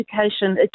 education